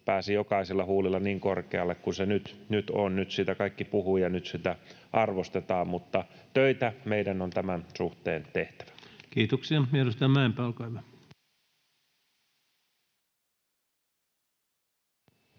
pääsi jokaisen huulilla niin korkealle kuin se nyt on. Nyt siitä kaikki puhuvat ja nyt sitä arvostetaan, mutta töitä meidän on tämän suhteen tehtävä. [Speech 721] Speaker: